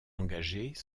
engagés